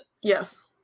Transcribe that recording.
Yes